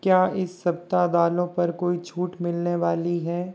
क्या इस सप्ताह दालों पर कोई छूट मिलने वाली है